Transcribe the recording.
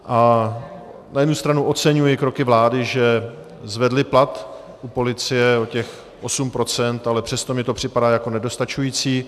Na jednu stranu oceňuji kroky vlády, že zvedli plat u policie o těch 8 %, ale přesto mi to připadá jako nedostačující.